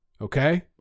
okay